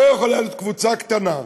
לא יכול להיות שקבוצה קטנה,